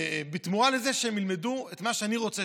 בתמורה לזה שהם ילמדו את מה שאני רוצה